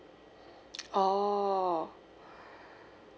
orh